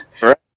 Right